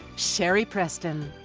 cheri preston.